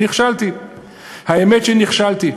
"האמת שנכשלתי.